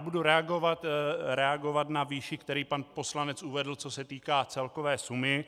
Budu reagovat na výši, kterou pan poslanec uvedl, co se týká celkové sumy.